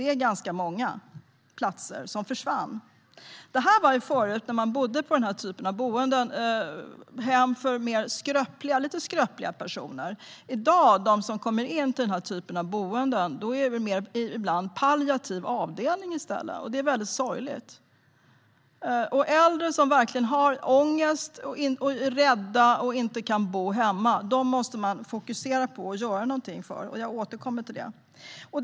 Många platser har försvunnit. Det här var tidigare hem för lite skröpliga personer. För dem som i dag kommer in till den typen av boenden är det mer fråga om palliativa avdelningar. Det är sorgligt. Vi måste fokusera på äldre som verkligen har ångest, är rädda och inte kan bo hemma. Jag återkommer till den frågan.